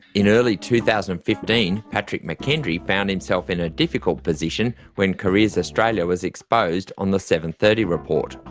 in early two thousand and fifteen patrick mckendry found himself in a difficult position when careers australia was exposed on the seven thirty report.